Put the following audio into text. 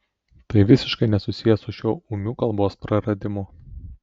tai visiškai nesusiję su šiuo ūmiu kalbos praradimu